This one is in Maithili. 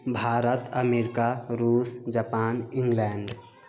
भारत अमेरिका रूस जापान इंगलैंड